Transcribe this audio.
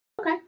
Okay